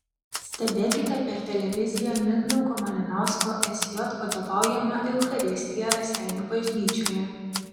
stebėkite per televiziją mindaugo malinausko sj vadovaujamą eucharistiją raseinių bažnyčioje